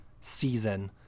season